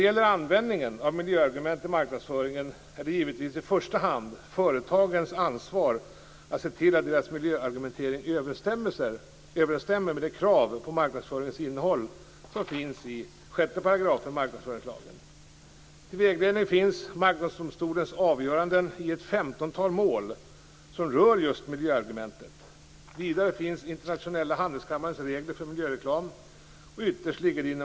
Samtidigt står det nämligen i 2 § att marknadsföringslagen skall tillämpas då näringsidkare marknadsför eller själv efterfrågar produkter i sin näringsverksamhet.